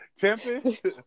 Tempest